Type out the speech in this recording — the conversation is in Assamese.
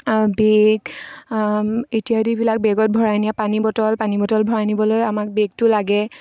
বেগ ইত্যাদিবিলাক বেগত ভৰাই নিয়া পানী বটল পানী বটল ভৰাই নিবলৈ আমাক বেগটো লাগে